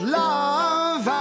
love